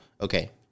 Okay